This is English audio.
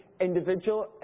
individual